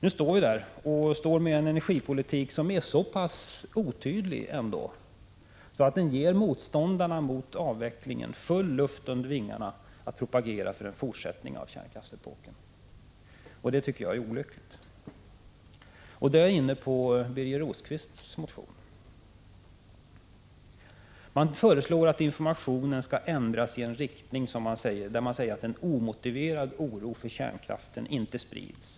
Nu står vi där med en energipolitik som är så pass otydlig att den fullt ut ger motståndarna luft under vingarna när det gäller att propagera för en fortsättning av kärnkraftsepoken. Det tycker jag är olyckligt. Då kommer jag in på Birger Rosqvists motion. Han föreslår att informationen skall ändras i en riktning där ”omotiverad oro” för kärnkraften inte sprids.